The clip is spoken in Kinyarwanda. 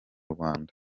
rwanda